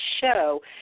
show